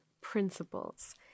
principles